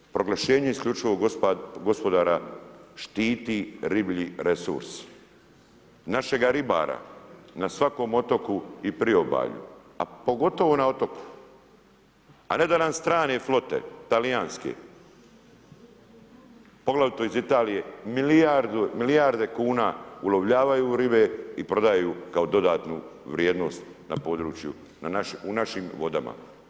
Pa ljudi, proglašenje isključivog gospodara štiti riblji resurs, našega ribara na svakom otoku i priobalju, a pogotovo na otoku, a ne da nam strane flote talijanske, poglavito iz Italije milijarde kuna ulovljavaju ribe i prodaju kao dodatnu vrijednost na području, u našim vodama.